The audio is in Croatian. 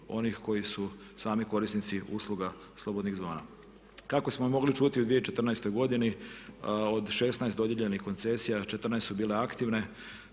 onih koji su sami korisnici usluga slobodnih zona. Kako smo mogli čuti u 2014.godini od 16 dodijeljenih koncesija 14 su bile aktivne